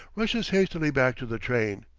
rushes hastily back to the train.